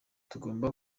tugomba